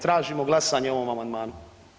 Tražimo glasanje o ovom amandmanu.